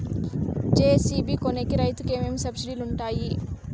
JCB కొనేకి రైతుకు ఏమేమి సబ్సిడి లు వుంటాయి?